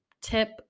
tip